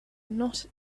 not